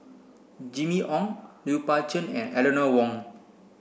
Jimmy Ong Lui Pao Chuen and Eleanor Wong